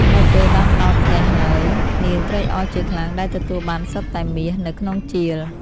នៅពេលបានដល់ផ្ទះហើយ នាងត្រេកអរជាខ្លាំងដែលទទួលបានសុទ្ធតែមាសនៅក្នុងជាល។